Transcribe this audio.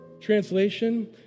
Translation